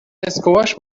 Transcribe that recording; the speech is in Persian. اسکواش